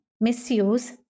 misuse